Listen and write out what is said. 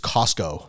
Costco